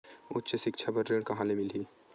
उच्च सिक्छा बर ऋण कहां ले मिलही?